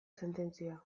sententzia